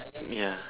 ya